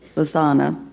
lasana.